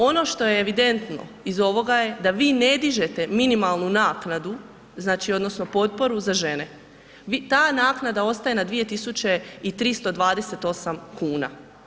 Ono što je evidentno iz ovoga je da vi ne dižete minimalnu naknadu znači odnosno potporu za žene, ta naknada ostaje na 2328 kn.